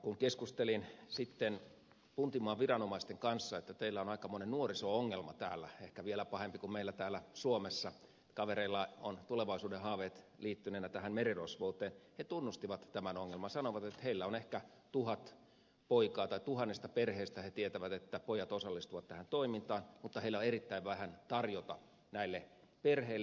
kun keskustelin sitten puntmaan viranomaisten kanssa että teillä on aikamoinen nuoriso ongelma täällä ehkä vielä pahempi kuin meillä täällä suomessa kavereilla on tulevaisuuden haaveet liittyneenä tähän merirosvouteen niin he tunnustivat tämän ongelman sanoivat että heillä on ehkä tuhat poikaa tai tuhannesta perheestä he tietävät että pojat osallistuvat tähän toimintaan mutta heillä on erittäin vähän tarjota näille perheille